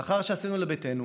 לאחר שעשינו לביתנו